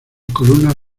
columnas